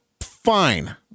fine